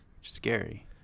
scary